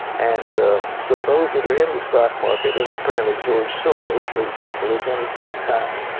and so those that are in the stock market, and apparently george soros, for example, is in it big time,